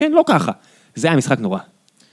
לא ככה, זה היה משחק נורא.